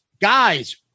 Guys